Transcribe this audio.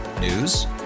News